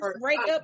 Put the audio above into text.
breakup